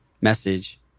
message